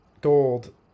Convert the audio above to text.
gold